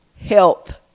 health